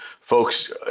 folks